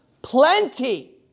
Plenty